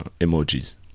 emojis